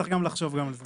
צריך לחשוב גם על זה.